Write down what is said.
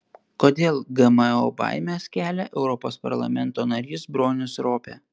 kodėl gmo baimes kelia europos parlamento narys bronis ropė